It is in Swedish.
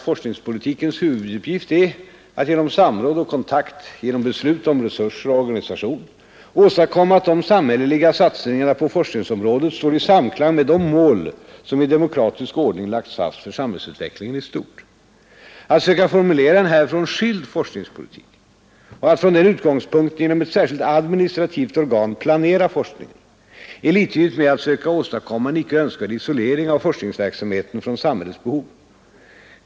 Forskningspolitikens huvuduppgift är att — genom samråd och kontakt, genom beslut om resurser och organisation — åstadkomma att de samhälleliga satsningarna på forskningsområdet står i samklang med de mål! som i demokratisk ordning lagts fast för samhällsutvecklingen i stort. Att söka formulera en härifrån skild forskningspolitik — och att från den utgångspunkten genom ett särskilt administrativt organ planera forskningen — är liktydigt med att söka åstadkomma en icke önskvärd isolering av forskningsverksamheten från samhällets behov.